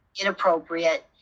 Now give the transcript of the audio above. inappropriate